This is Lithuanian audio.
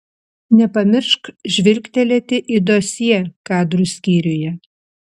nepamiršk žvilgtelėti į dosjė kadrų skyriuje